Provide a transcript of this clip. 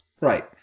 Right